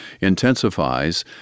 intensifies